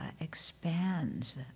expands